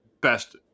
best